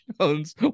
Jones